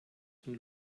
von